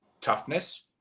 toughness